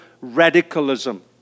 radicalism